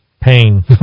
Pain